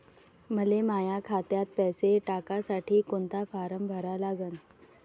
मले माह्या खात्यात पैसे टाकासाठी कोंता फारम भरा लागन?